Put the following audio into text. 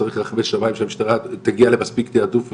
צריך שהמשטרה תגיע למספיק תיעדוף,